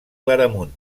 claramunt